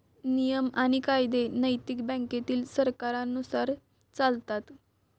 नियम आणि कायदे नैतिक बँकेतील सरकारांनुसार चालतात